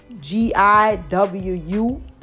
G-I-W-U